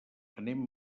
anem